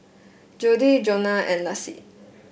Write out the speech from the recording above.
Jodie Joana and Laci